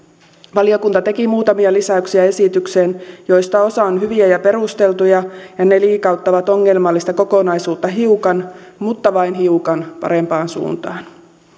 valiokunta teki muutamia lisäyksiä esitykseen joista osa on hyviä ja perusteltuja ja ne liikauttavat ongelmallista kokonaisuutta hiukan mutta vain hiukan parempaan suuntaan